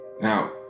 Now